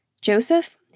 Joseph